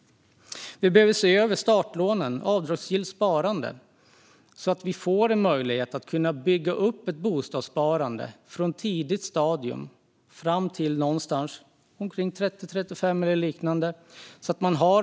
Vi behöver se över startlån och avdragsgillt sparande så att vi får en möjlighet att bygga upp ett bosparande och ett bra startkapital från ett tidigt stadium fram till 30-35 år.